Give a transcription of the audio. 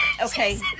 Okay